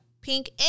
pink